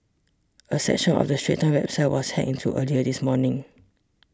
a section of the Straits Times website was hacked into earlier this morning